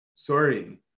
sorry